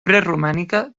preromànica